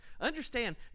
understand